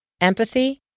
empathy